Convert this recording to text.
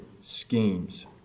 schemes